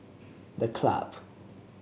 The Club